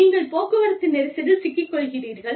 நீங்கள் போக்குவரத்து நெரிசலில் சிக்கிக்கொள்கிறீர்கள்